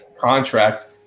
contract